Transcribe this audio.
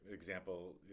example